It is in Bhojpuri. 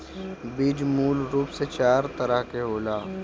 बीज मूल रूप से चार तरह के होला